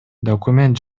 документ